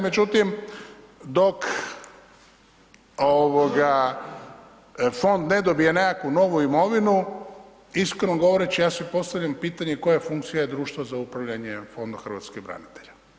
Međutim, dok ovoga fond ne dobije nekakvu novu imovinu, iskreno govoreći ja si postavljam pitanje koja je funkcija Društva za upravljanje Fonda hrvatskih branitelja?